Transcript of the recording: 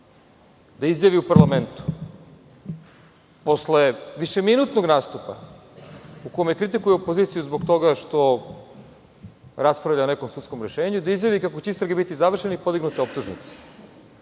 da izjavi u parlamentu, posle višeminutnog nastupa u kome kritikuje opoziciju zbog toga što raspravlja o nekom sudskom rešenju, da izjavi kako će istrage biti završene i podignute optužnice?